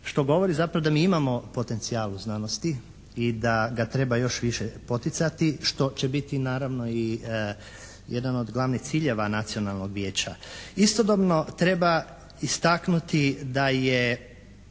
što govori zapravo da mi imamo potencijal u znanosti i da ga treba još više poticati što će biti naravno i jedan od glavnih ciljeva nacionalnog vijeća. Istodobno treba istaknuti da je